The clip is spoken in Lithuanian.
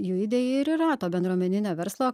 jų idėja ir yra to bendruomeninio verslo